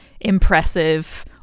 impressive